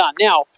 Now